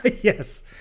Yes